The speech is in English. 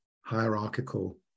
hierarchical